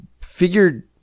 figured